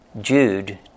Jude